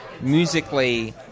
musically